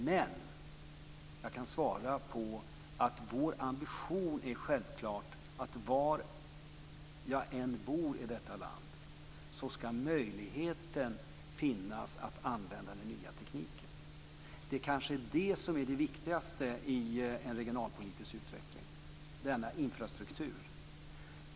Men jag kan säga att vår ambition självklart är att var jag än bor i detta land skall möjligheten finnas att använda den nya tekniken. Det kanske är det som är det viktigaste i en regionalpolitisk utveckling, denna infrastruktur.